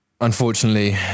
Unfortunately